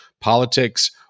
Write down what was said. politics